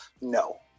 no